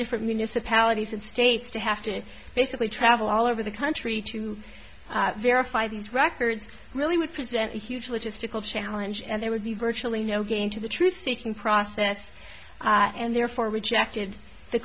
different municipalities and states to have to basically travel all over the country to verify these records really would present a huge logistical challenge and there would be virtually no gain to the truth seeking process and therefore rejected the